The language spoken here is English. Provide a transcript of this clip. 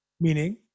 meaning